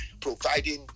providing